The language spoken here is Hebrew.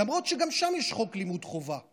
למרות שגם שם יש חוק לימוד חובה.